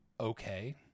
okay